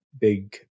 big